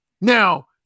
Now